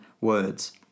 words